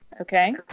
okay